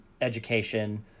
education